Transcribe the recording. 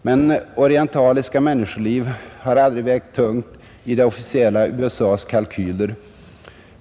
Men orientaliska människoliv har aldrig vägt tungt i det officiella USA:s kalkyler.